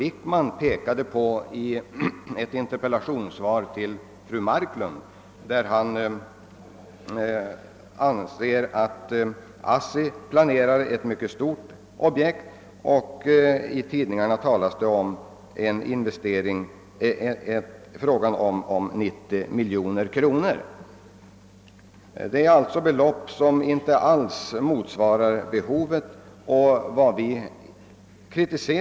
I ett interpellationssvar till fru Marklund nämnde statsrådet Wickman att ASSI planerar ett mycket stort objekt, och i tidningarna har det talats om en investering på 90 miljoner kronor. Det föreslagna beloppet för lokaliseringslån motsvarar sålunda inte alls behovet.